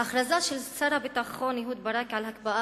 ההכרזה של שר הביטחון אהוד ברק על הקפאת